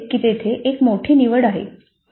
असे दिसते की तेथे एक मोठी निवड आहे